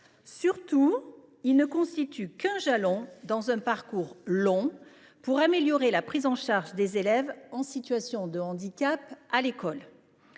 Surtout, elle ne constitue qu’un jalon dans un parcours long visant à améliorer la prise en charge des élèves en situation de handicap à l’école.